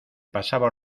pasaba